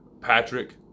Patrick